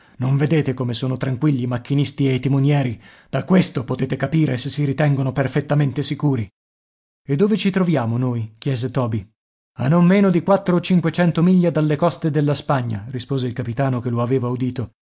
non vedete come sono tranquilli i macchinisti e i timonieri da questo potete capire se si ritengono perfettamente sicuri e dove ci troviamo noi chiese toby a non meno di quattro o cinquecento miglia dalle coste della spagna rispose il capitano che lo aveva udito